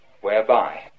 whereby